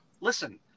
Listen